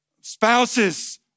spouses